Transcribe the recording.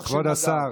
כבוד השר,